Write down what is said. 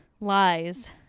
lies